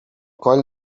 coll